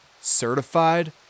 certified